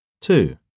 Two